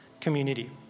community